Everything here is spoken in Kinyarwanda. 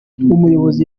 umuyobozi